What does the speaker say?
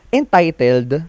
entitled